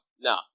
No